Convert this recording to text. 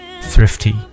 thrifty